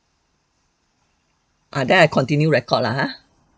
uh then I continue record lah ah